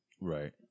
Right